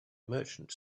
merchant